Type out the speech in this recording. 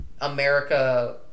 America